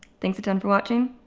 thanks a ton for watching.